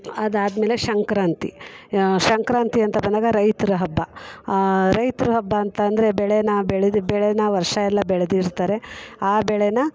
ಅದಾದ್ಮೇಲೆ ಸಂಕ್ರಾಂತಿ ಸಂಕ್ರಾಂತಿ ಅಂತ ಬಂದಾಗ ರೈತರ ಹಬ್ಬ ರೈತರ ಹಬ್ಬ ಅಂತ ಅಂದ್ರೆ ಬೆಳೆನ ಬೆಳ್ದು ಬೆಳೆನ ವರ್ಷ ಎಲ್ಲ ಬೆಳೆದಿರ್ತಾರೆ ಆ ಬೆಳೆನ